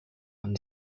and